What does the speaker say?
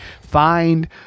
find